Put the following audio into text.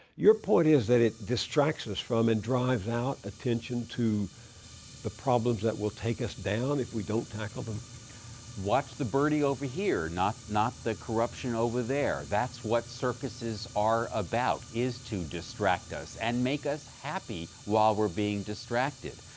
your point is that it distracts us from and drives out attention to the problems that will take us down if we don't tackle them? marty kaplan watch the birdie over here, not not the corruption over there. that's what circuses are about, is to distract us and make us happy while we're being distracted.